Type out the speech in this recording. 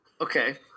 Okay